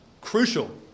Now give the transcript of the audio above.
crucial